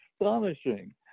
astonishing